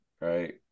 right